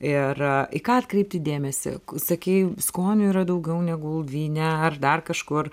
ir į ką atkreipti dėmesį sakei skonių yra daugiau negu vyne ar dar kažkur